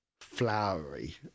flowery